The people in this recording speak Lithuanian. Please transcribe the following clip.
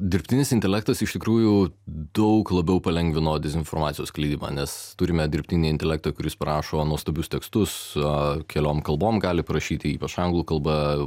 dirbtinis intelektas iš tikrųjų daug labiau palengvino dezinformacijos skleidimą nes turime dirbtinį intelektą kuris parašo nuostabius tekstus keliom kalbom gali prašyti ypač anglų kalba